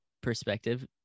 perspective